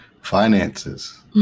finances